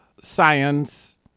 science